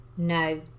No